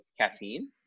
caffeine